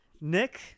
nick